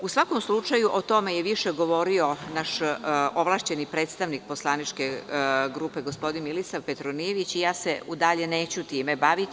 U svakom slučaju, o tome je više govorio naš ovlašćeni predstavnik poslaničke grupe gospodin Milisav Petronijević i ja se dalje neću time baviti.